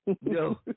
No